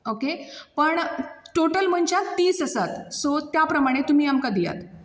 okay पण total मनशां तीस आसात सो त्या प्रमाणें तुमी आमकां दियात